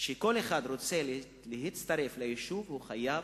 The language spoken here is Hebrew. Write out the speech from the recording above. שכל אחד שרוצה להצטרף ליישוב חייב